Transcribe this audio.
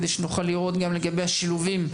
כדי שנוכל לראות לגבי השילובים,